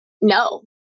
no